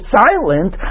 silent